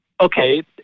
okay